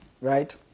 Right